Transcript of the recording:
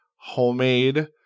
homemade